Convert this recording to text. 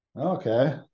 Okay